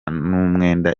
n’umwenda